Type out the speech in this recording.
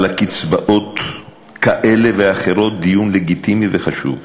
קצבאות כאלה ואחרות דיון לגיטימי וחשוב.